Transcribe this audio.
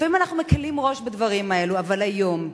לפעמים אנחנו מקלים ראש בדברים האלה, אבל היום,